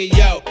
yo